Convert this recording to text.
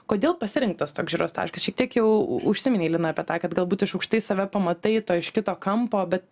kodėl pasirinktas toks žiūros taškas šiek tiek jau užsiminei lina apie tą kad galbūt iš aukštai save pamatai to iš kito kampo bet